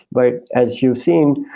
but as you've seen,